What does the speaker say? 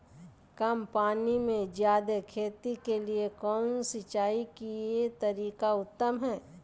कम पानी में जयादे खेती के लिए कौन सिंचाई के तरीका उत्तम है?